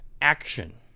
action